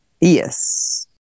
Yes